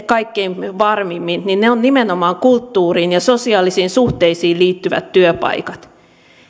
kaikkein varmimmin niin ne ovat nimenomaan kulttuuriin ja sosiaalisiin suhteisiin liittyvät työpaikat